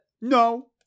No